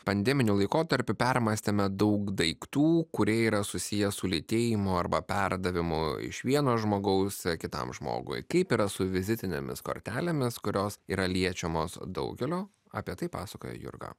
pandeminiu laikotarpiu permąstėme daug daiktų kurie yra susiję su lytėjimu arba perdavimu iš vieno žmogaus kitam žmogui kaip yra su vizitinėmis kortelėmis kurios yra liečiamos daugelio apie tai pasakojo jurga